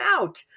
out